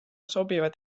sobivad